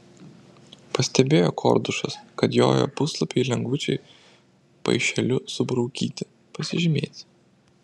pastebėjo kordušas kad jojo puslapiai lengvučiai paišeliu subraukyti pasižymėti